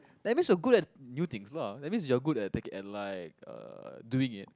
that means you're good at new things lah that means you are good at take it at like uh doing it